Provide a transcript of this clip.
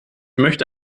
möchte